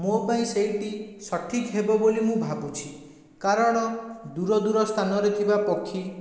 ମୋ ପାଇଁ ସେଇଟି ସଠିକ୍ ହେବ ବୋଲି ମୁଁ ଭାବୁଛି କାରଣ ଦୂର ଦୂର ସ୍ଥାନରେ ଥିବା ପକ୍ଷୀ